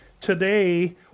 Today